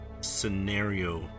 scenario